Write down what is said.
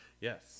Yes